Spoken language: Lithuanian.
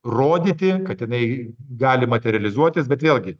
rodyti kad jinai gali materializuotis bet vėlgi